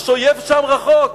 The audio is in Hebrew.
יש אויב שם, רחוק,